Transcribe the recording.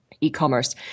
e-commerce